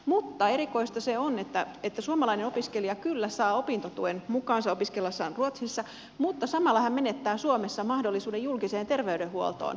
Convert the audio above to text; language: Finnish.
mutta erikoista se on että suomalainen opiskelija kyllä saa opintotuen mukaansa opiskellessaan ruotsissa mutta samalla hän menettää suomessa mahdollisuuden julkiseen terveydenhuoltoon